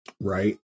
Right